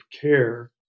care